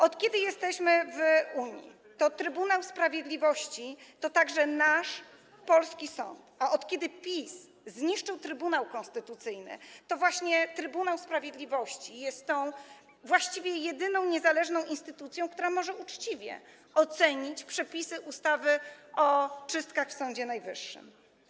Od kiedy jesteśmy w Unii Trybunał Sprawiedliwości to także nasz polski sąd, a kiedy PiS zniszczył Trybunał Konstytucyjny, to właśnie Trybunał Sprawiedliwości jest właściwie jedyną niezależną instytucją, która może uczciwie ocenić przepisy ustawy o czystkach w Sądzie Najwyższym.